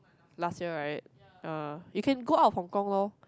last year right ah you can go out Hong Kong lor